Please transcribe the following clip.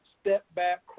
step-back